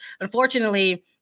Unfortunately